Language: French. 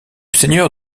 seigneur